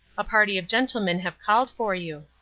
a party of gentlemen have called for you.